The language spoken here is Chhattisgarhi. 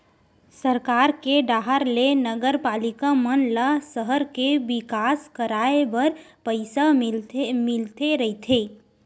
सरकार के डाहर ले नगरपालिका मन ल सहर के बिकास कराय बर पइसा मिलते रहिथे